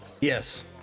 yes